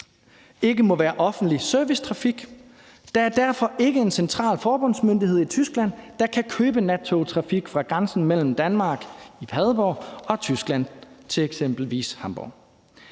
– ikke må være offentlig servicetrafik. Der er derfor ikke en central forbundsmyndighed i Tyskland, der kan købe nattogtrafik, der går fra Padborg og grænsen mellem Danmark og Tyskland til eksempelvis Hamborg.